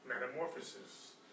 metamorphosis